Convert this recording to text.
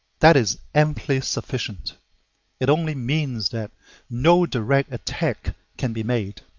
that is amply sufficient it only means that no direct attack can be made.